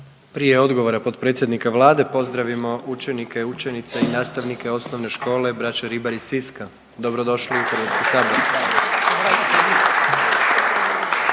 Prije odgovora potpredsjednika Vlade pozdravimo učenike i učenice i nastavnike OŠ „Braća Ribar“ iz Siska. Dobrodošli u HS! …/Pljesak./….